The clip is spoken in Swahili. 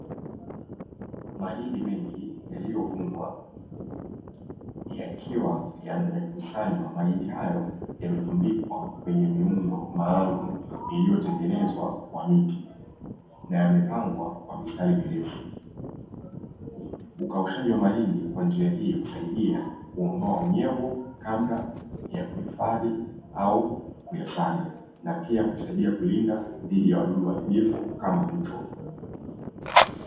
Mahindi mengi yaliyovunwa yakiwa yamekusanywa. Mahindi hayo yametundikwa kwenye miundo maalumu iliyotengenezwa kwa miti na yamepangwa kwa mistari mirefu. Ukaushaji wa mahindi kwa njia hii husaidia kuondoa unyevu kabla ya kuhifadhi au kuyasaga. Na pia husaidia kulinda dhidi ya wadudu waharibifu kama mchwa.